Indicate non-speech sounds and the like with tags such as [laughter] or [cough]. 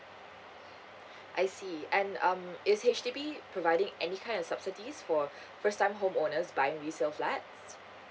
I see and um is H_D_B providing any kind of subsidies for [breath] first time home owners buying resale flat